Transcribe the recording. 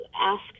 ask